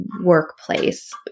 workplace